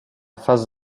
face